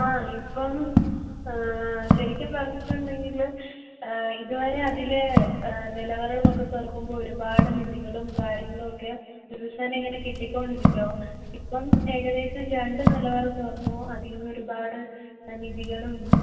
ആ ഇപ്പം ശരിക്കും പറഞ്ഞിട്ടുണ്ടെങ്കില് ഇതുവരെ അതില് നിലവറകളൊക്കെ തുറക്കുമ്പോൾ ഒരുപാട് നിധികളും കാര്യങ്ങളൊക്കെ ദിവസേന ഇങ്ങനെ കിട്ടിക്കൊണ്ടിരിക്കും ഇപ്പം ഏകദേശം രണ്ട് നിലവറ തുറന്നു അതിൽ നിന്ന് ഒരുപാട് നിധികളും